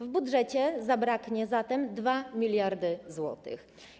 W budżecie zabraknie zatem 2 mld zł.